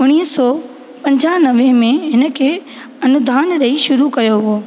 उणिवीह सौ पंजानवे में हिनखे अनुदान ॾेई शुरू कयो हो